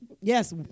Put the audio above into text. Yes